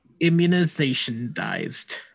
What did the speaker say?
immunizationized